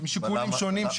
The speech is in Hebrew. משיקולים שונים,